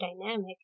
dynamic